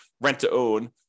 rent-to-own